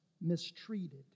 mistreated